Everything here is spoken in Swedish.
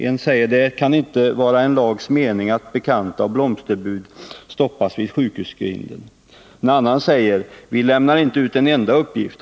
En säger: ”Det kan inte vara en lags mening att bekanta och blomsterbud stoppas vid sjukhusgrinden.” En annan säger: ”Vi lämnar inte ut en enda uppgift.